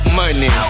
money